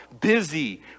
busy